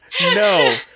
no